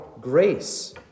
grace